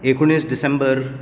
एकुणीस डिसेंबर